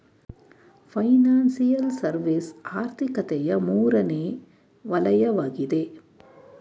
financial service ಆರ್ಥಿಕತೆಯ ಮೂರನೇ ವಲಯವಗಿದೆ